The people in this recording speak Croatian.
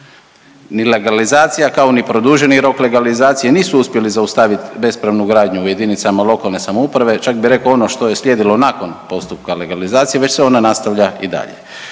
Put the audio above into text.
Ni legalizacija kao ni produženi rok legalizacije nisu uspjeli zaustaviti bespravnu gradnju u jedinicama lokalne samouprave. Čak bih rekao ono što je slijedilo nakon postupka legalizacije, već se ona nastavlja i dalje.